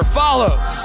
follows